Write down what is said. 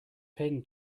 pin